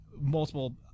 multiple